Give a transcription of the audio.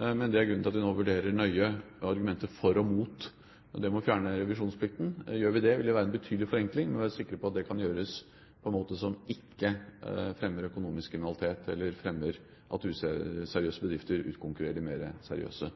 men det er grunnen til at vi nå nøye vurderer argumenter for og imot det med å fjerne revisjonsplikten. Gjør vi det, vil det være en betydelig forenkling, men vi vil være sikre på at det gjøres på en måte som ikke fremmer økonomisk kriminalitet, eller fremmer at useriøse bedrifter utkonkurrerer de mer seriøse.